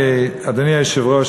אדוני היושב-ראש,